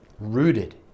Rooted